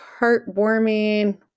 heartwarming